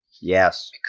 Yes